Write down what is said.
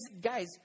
guys